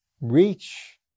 reach